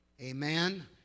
Amen